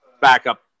backup